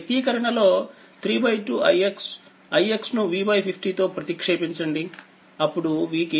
ix నుV50తో ప్రతిక్షేపించండిఅప్పుడు V కి పరిష్కారం లభిస్తుంది